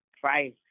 price